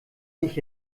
sich